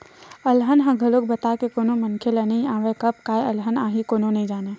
अलहन ह घलोक बता के कोनो मनखे ल नइ आवय, कब काय अलहन आही कोनो नइ जानय